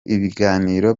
ibiganiro